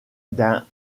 d’un